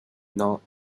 not